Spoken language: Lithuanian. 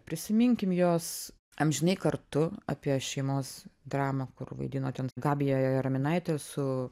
prisiminkim jos amžinai kartu apie šeimos dramą kur vaidino ten gabija jaraminaitė su